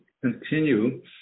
continue